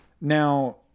Now